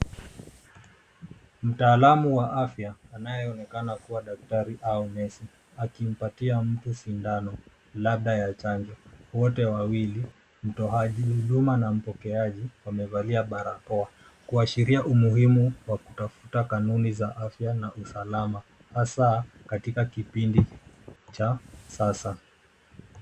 Mtaalamu wa afya anayeonekana kuwa daktari au nesi akimpatia mtu sindano, labda ya chanjo. Wote wawili, mtoaji huduma na mpokeaji, wamevalia barakoa kuashiria umuhimu wa kutafuta kanuni za afya na usalama hasa katika kipindi cha sasa.